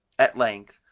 at length,